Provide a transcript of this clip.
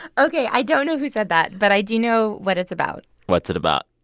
ok. i don't know who said that, but i do know what it's about what's it about?